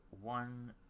one